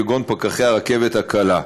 כגון פקחי הרכבת הקלה.